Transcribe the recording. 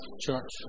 church